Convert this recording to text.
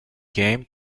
game